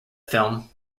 film